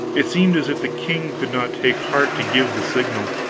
it seemed as if the king could not take heart to give the signal.